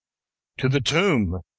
to the tomb,